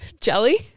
jelly